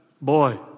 Boy